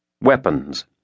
Weapons